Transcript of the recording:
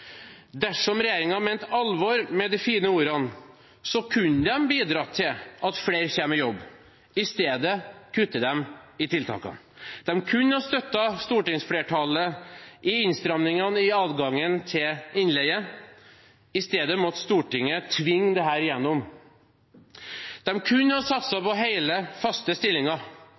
Dersom regjeringen mente alvor med de fine ordene, kunne de bidratt til at flere kommer i jobb – i stedet kutter de i tiltakene. De kunne ha støttet stortingsflertallet i innstrammingene i adgangen til innleie – i stedet måtte Stortinget tvinge dette gjennom. De kunne ha satset på hele, faste